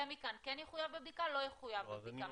מכאן כן יחויב בבדיקה או לא יחויב בבדיקה?